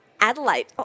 Adelaide